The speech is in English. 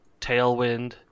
Tailwind